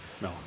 No